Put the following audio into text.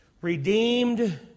Redeemed